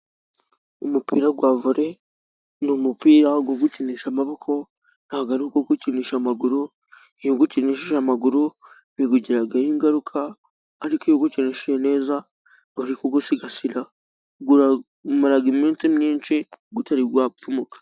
Umupira wa volley, ni umupira wo gukinisha amaboko ntabwo ari uwo gukinisha amaguru. Iyo uwukinishije amaguru biwugiragaho ingaruka. Ariko iyo uwukinishije neza ,uri kugusigasira umara iminsi myinshi utarapfumuka.